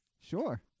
Sure